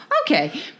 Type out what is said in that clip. Okay